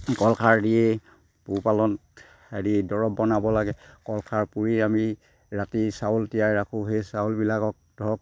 কল খাৰ দিয়ে পোহপালন হেৰি দৰৱ বনাব লাগে কলখাৰ পুৰি আমি ৰাতি চাউল তিয়াই ৰাখোঁ সেই চাউলবিলাকক ধৰক